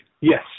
Yes